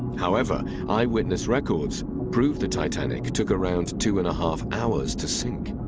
however eyewitness records prove the titanic took around two and a half hours to sink.